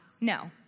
No